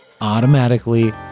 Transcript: automatically